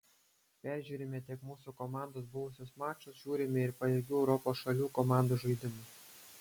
peržiūrime tiek mūsų komandos buvusius mačus žiūrime ir pajėgių europos šalių komandų žaidimą